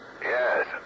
Yes